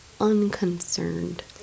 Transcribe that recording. unconcerned